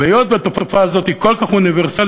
והיות שהתופעה הזאת היא כל כך אוניברסלית,